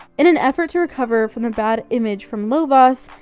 in an effort to recover from the bad image from lovaas,